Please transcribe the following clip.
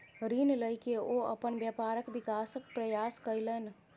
ऋण लय के ओ अपन व्यापारक विकासक प्रयास कयलैन